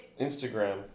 Instagram